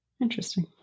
interesting